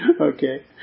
Okay